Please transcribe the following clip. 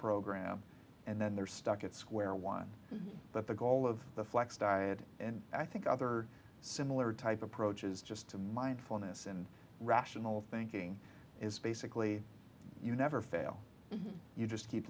program and then they're stuck at square one but the goal of the flex diet and i think other similar type approaches just to mindfulness and rational thinking is basically you never fail you just keep